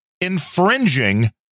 infringing